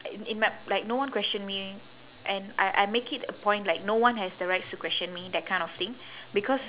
i~ in my like no one question me and I I make it a point like no one has the rights to question me that kind of thing because